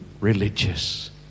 religious